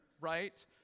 right